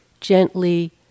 gently